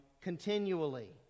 continually